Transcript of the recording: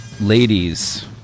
ladies